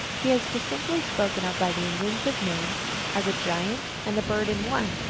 he is distinctly spoken of by the indians of maine as a giant and a bird in one,